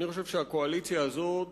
אני חושב שהקואליציה הזאת